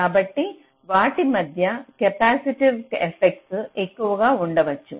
కాబట్టి వాటి మధ్య కెపాసిటివ్ ఎఫెక్ట్స్ ఎక్కువ ఉండొచ్చు